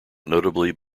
notably